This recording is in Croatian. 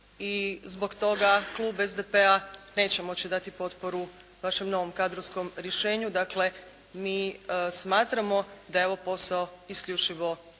zbog toga klub SDP-a neće moći dati potporu vašem novom kadrovskom rješenju. Dakle, mi smatramo da je ovo posao isključivo struke.